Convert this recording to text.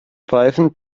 pfeifend